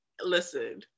listen